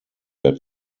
der